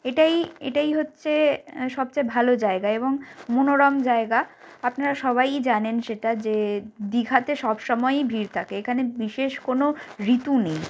এটাই এটাই হচ্ছে সবচেয়ে ভালো জায়গা এবং মনোরম জায়গা আপনারা সবাইই জানেন সেটা যে দীঘাতে সব সময়ই ভিড় থাকে এখানে বিশেষ কোনো ঋতু নেই